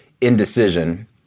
indecision